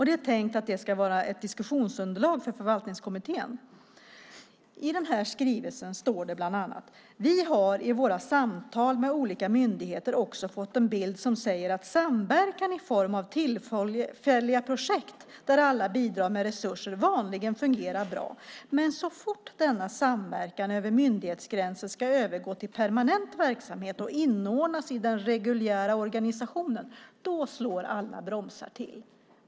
Det är tänkt att det ska vara ett diskussionsunderlag för Förvaltningskommittén. I skrivelsen står bland annat: Vi har i våra samtal med olika myndigheter också fått en bild som säger att samverkan i form av tillfälliga projekt där alla bidrar med resurser vanligen fungerar bra. Men så fort denna samverkan över myndighetsgränser ska övergå till permanent verksamhet och inordnas i den reguljära organisationen slår alla bromsar till.